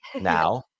now